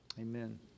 Amen